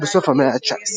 משפחתו בסוף המאה ה-19.